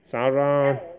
Sara